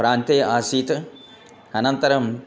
प्रान्ते आसीत् अनन्तरम्